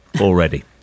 already